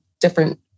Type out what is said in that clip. different